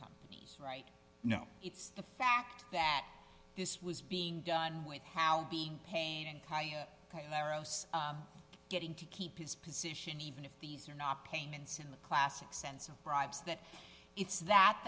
companies right no it's the fact that this was being done with how be there oh so getting to keep his position even if these are not payments in the classic sense of bribes that it's that